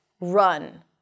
run